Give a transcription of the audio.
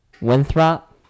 Winthrop